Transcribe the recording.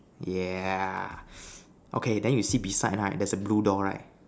yeah okay then you see beside right there is a blue door right